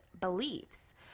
beliefs